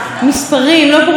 אבל חברים,